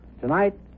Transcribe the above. Tonight